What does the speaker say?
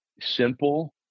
simple